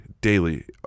daily